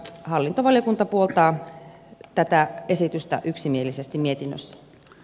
hallintovaliokunta puoltaa tätä esitystä yksimielisesti mietinnössään